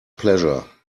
pleasure